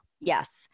Yes